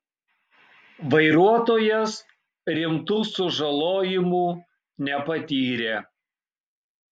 vairuotojas rimtų sužalojimų nepatyrė